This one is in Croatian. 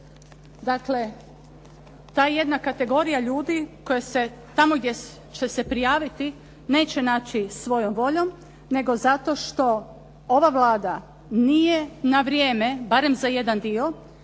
dakle ta jedna kategorija ljudi koja tamo gdje će se prijaviti neće naći svojom voljom nego zato što ova Vlada nije na vrijeme barem za jedan dio